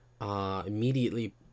immediately